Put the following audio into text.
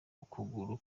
ukuguru